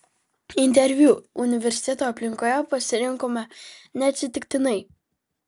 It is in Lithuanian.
interviu universiteto aplinkoje pasirinkome neatsitiktinai